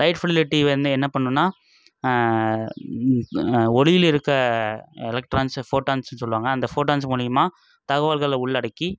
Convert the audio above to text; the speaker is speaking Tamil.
லைட் ஃபெட்லிட்டி வந்து என்ன பண்ணணுன்னால் ஒளியில் இருக்கற எலக்ட்ரான்சை ஃபோட்டான்ஸ்னு சொல்லுவாங்க அந்த ஃபோட்டான்ஸ் மூலிமா தகவல்களை உள்ளடக்கி